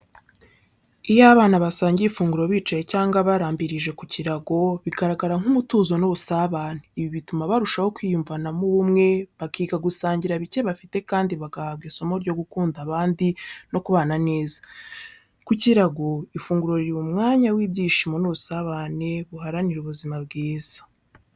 Iyo abana basangiye ifunguro bicaye cyangwa barambirije ku kirago, bigaragara nk’umutuzo n’ubusabane. Ibi bituma barushaho kwiyumvamo ubumwe, bakiga gusangira bike bafite kandi bagahabwa isomo ryo gukunda abandi no kubana neza. Ku kirago, ifunguro riba umwanya w’ibyishimo n’ubusabane buharanira ubuzima bwiza.